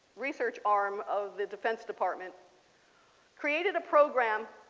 research arm of the defense department created a program